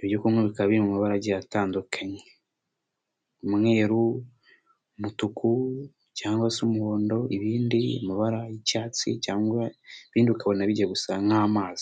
ibyo kunywa bikaba biri mu mabara agiye atandukanye: umweru, umutuku cyangwa se umuhondo, ibindi mu mabara y'icyatsi cyangwa ibindi ukabona bijya gusa nk'amazi.